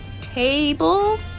Table